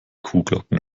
kuhglocken